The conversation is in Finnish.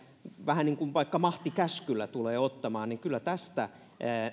vähän niin kuin vaikka mahtikäskyllä tulee ottamaan niin kyllä tästä